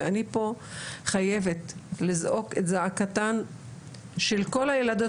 ואני פה חייבת לזעוק את זעקתם של כל הילדות